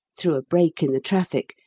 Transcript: through a break in the traffic,